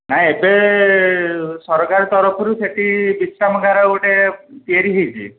ନାହିଁ ଏବେ ସରକାର ତରଫରୁ ସେଠି ବିଶ୍ରାମଗାର ଗୋଟେ ତିଆରି ହେଇଛି